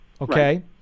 Okay